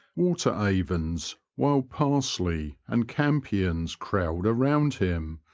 water avens, wild parsley, and campions crowd around him,